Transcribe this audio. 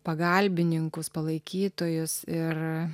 pagalbininkus palaikytojus ir